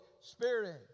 Spirit